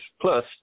plus